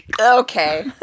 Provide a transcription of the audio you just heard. Okay